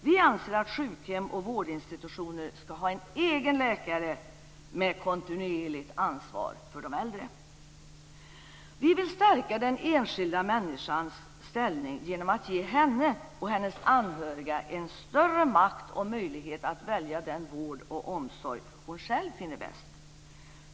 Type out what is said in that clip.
Vi anser att sjukhem och vårdinstitutioner skall ha en egen läkare med kontinuerligt ansvar för de äldre. Vi vill stärka den enskilda människans ställning genom att ge henne och hennes anhöriga större makt och möjlighet att välja den vård och omsorg som hon själv finner bäst.